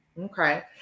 okay